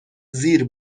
زیر